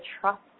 trust